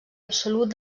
absolut